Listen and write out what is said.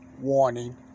warning